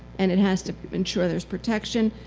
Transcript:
and it has to ensure there's protection.